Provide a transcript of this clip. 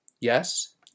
Yes